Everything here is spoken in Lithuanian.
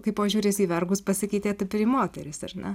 kaip požiūris į vergus pasikeitė taip ir į moteris ar ne